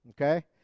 okay